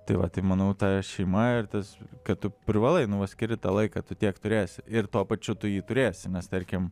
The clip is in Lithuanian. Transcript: tai vat tai manau ta šeima ir tas kad tu privalai nu va skirt tą laiką tu tiek turės ir tuo pačiu tu jį turėsi nes tarkim